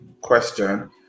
question